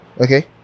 Okay